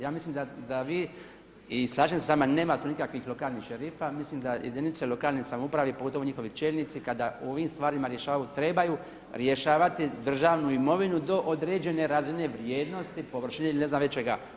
Ja mislim da vi i slažem se s vama nema tu nikakvih lokalnih šerifa, mislim da jedinice lokalne samouprave i pogotovo njihovi čelnici kada u ovim stvarima rješavaju trebaju rješavati državnu imovinu do određene razine vrijednosti površine ili ne znam već čega.